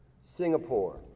Singapore